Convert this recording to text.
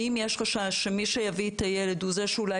ואם יש חשש שמי שיביא את הילד הוא זה שאולי